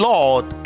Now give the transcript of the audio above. Lord